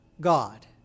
God